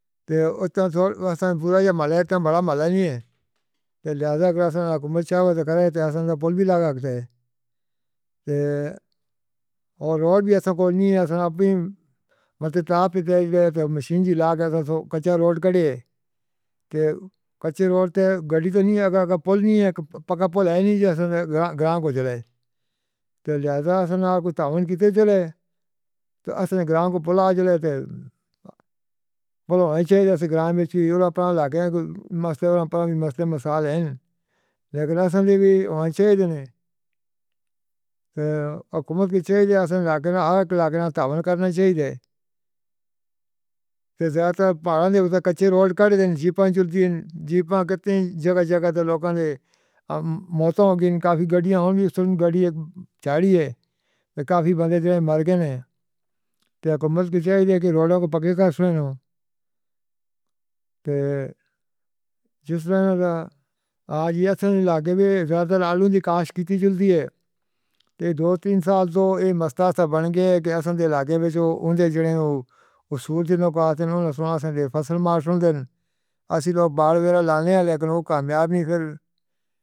تے اُتّے تھوڑا ایس پورا جے مال ہے— اُتّے وڈا مال نیں ہے۔ تے لحاظاً اگر ایسے سرکار کومل چاہوے تاں کرے تے ایسے تے پل وی لگ سکے تے۔ تے تے روڈ وی ایسا کوئی نیں ہے ایسے اپݨی مطلب تاپ تے تیز رہوے تے مشین چے لگے تے ایسے کچا روڈ کرئیے تے کچے روڈ تے گاڑی تاں نیں اگر اڳے پل نیں ہے پکا پل ہے نی تے ایسے گراں-گرام کو چلے۔ تے لحاظاً ایسے کجھ تاواں کیتے چلے تے ایسے گرام کو پلا چلے تے پل ہوئیں چھے تے ایسے گرام چ اِدھر آپڑا لگے مست-مست مساج ہے۔ لیکن ایسے وی ہووݨ چھڈے نے تے سرکار کی چاہیے ایسے لڳ کے آڑکھشݨ دا تاواں کرݨا چاہیے۔ تے زیادتر پہاڑاں دے اُتّے کچے روڈ کر ݙیوݨ جیپاں چلدیاں نی جیپاں کتّے جڳہ-جڳہ تے لوکاں دے موتاں ہو ڳیاں۔ کافی گڈیاں ہوندیاں اِس وچ گاڑی اک چڑھی ہے تے کافی بندے مر ڳئے نی۔ تے سرکار کی چاہیے کہ روڈاں کو پکے کر سڳے اُن تے جس طرح دا اج ایسے لڳے ہوئے زیادتر آلو دی کاشت کیتی چلدی ہے۔ تے ݙو-تراں سال تاں ای مست بݨ ڳئے کہ ایسے لڳے وچ اُنڈے جیڑے اوں اصول جیہڑے کٹے نے ایسے فصل مارا جاݨا۔ اسی لوک باڑ وغیرہ لاڳے ہن، پر او کامیاب نیں۔